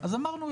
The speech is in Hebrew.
אז אמרנו,